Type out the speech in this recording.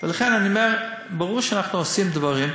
לכן אני אומר: ברור שאנחנו עושים דברים.